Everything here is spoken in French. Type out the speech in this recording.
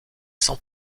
sans